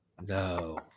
No